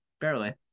barely